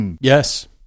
Yes